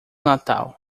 natal